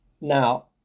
now